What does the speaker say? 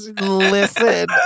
listen